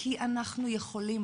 כי אנחנו יכולים